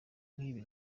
nkibi